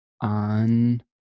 on